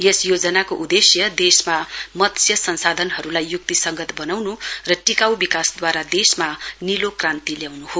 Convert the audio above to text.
यस योजनाको उदेश्य देशमा मत्स्य संसाधनहरूलाई युक्तिसंगत बनाउन् र टिकाऊ विकासद्वारा देशमा नीलो क्रान्ति ल्याउन् हो